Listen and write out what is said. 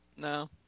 no